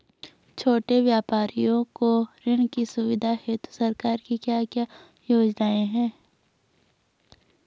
छोटे व्यापारियों को ऋण की सुविधा हेतु सरकार की क्या क्या योजनाएँ हैं?